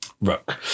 Rook